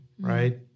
right